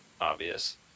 obvious